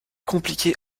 compliquer